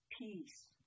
peace